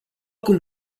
cum